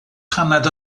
paned